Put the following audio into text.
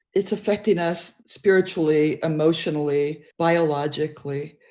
it's affecting us spiritually, emotionally, biologically,